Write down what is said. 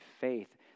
faith